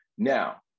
Now